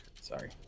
sorry